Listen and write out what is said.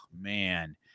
man